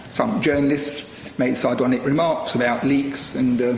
some journalists made sardonic remarks about leaks, and